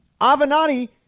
avenatti